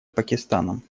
пакистаном